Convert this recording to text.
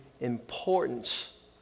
importance